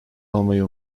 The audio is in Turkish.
almayı